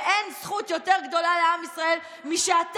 ואין זכות יותר גדולה לעם ישראל משאתה,